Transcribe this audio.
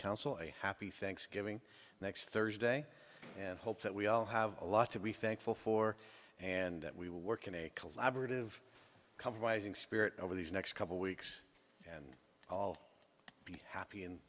council a happy thanksgiving next thursday and hope that we all have a lot to be thankful for and that we will work in a collaborative compromising spirit over these next couple weeks and i'll be happy and